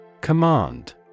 Command